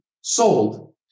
sold